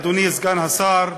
אדוני סגן השר.